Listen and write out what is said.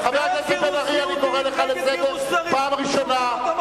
חבר הכנסת בן-ארי, אני קורא לך לסדר פעם ראשונה.